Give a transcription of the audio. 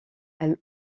elle